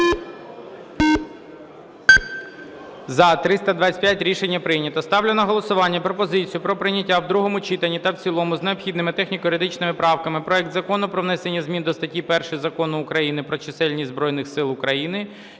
За-325 Рішення прийнято. Ставлю на голосування пропозицію про прийняття в другому читанні та в цілому з необхідними техніко-юридичними правками проект Закону про внесення зміни до статті 1 Закону України "Про чисельність Збройних Сил України"